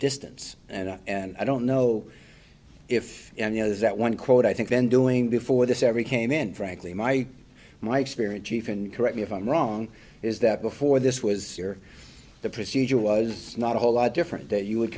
distance and and i don't know if you know that one quote i think then doing before this every came in frankly my my experience chief and correct me if i'm wrong is that before this was here the procedure was not a whole lot different that you would